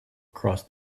across